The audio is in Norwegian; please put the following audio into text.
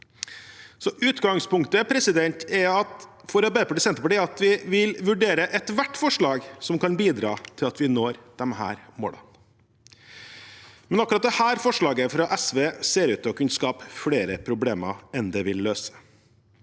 Senterpartiet er at vi vil vurdere ethvert forslag som kan bidra til at vi når disse målene, men akkurat dette forslaget fra SV ser ut til å kunne skape flere problemer enn det ville løse.